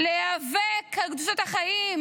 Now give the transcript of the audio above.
להיאבק על קדושת החיים,